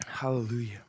Hallelujah